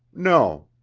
no!